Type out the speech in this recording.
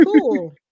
cool